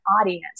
audience